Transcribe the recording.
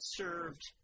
served